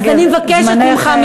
אז אני מבקשת ממך,